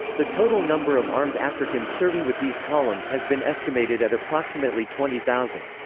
the total number of armed africans serving with these columns has been estimated at approximately twenty thousand.